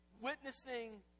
Witnessing